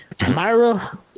Myra